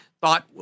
thought